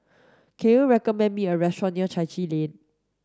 can you recommend me a restaurant near Chai Chee Lane